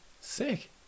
Sick